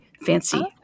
fancy